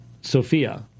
Sophia